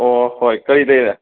ꯑꯣ ꯍꯣꯏ ꯀꯔꯤ ꯂꯩꯔꯦ